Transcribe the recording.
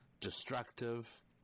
destructive